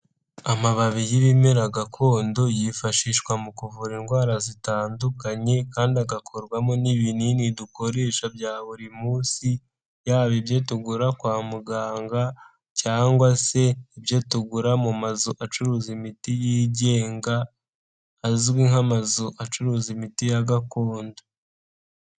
Amababi y'ibimera gakondo yifashishwa mu kuvura indwara zitandukanye kandi agakorwamo n'ibinini dukoresha bya buri munsi, yaba ibyo tugura kwa muganga cyangwa se ibyo tugura mu mazu acuruza imiti yigenga, azwi nk'amazu acuruza imiti ya gakondo.